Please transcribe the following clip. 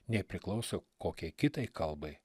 nepriklauso kokiai kitai kalbai